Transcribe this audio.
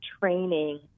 training